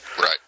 right